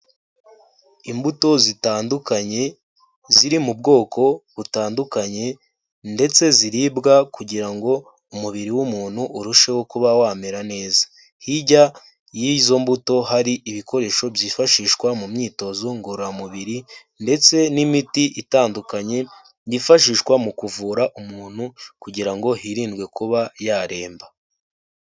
Imbuto zitandukanye ziri mu bwoko butandukanye ndetse ziribwa kugira ngo umubiri w'umuntu urusheho kuba wamera neza. Hirya y'izo mbuto hari ibikoresho byifashishwa mu myitozo ngororamubiri ndetse n'imiti itandukanye yifashishwa mu kuvura umuntu kugira ngo hirindwe kuba yaremba.